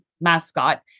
mascot